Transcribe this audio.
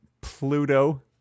Pluto